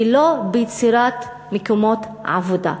ולא ביצירת מקומות עבודה.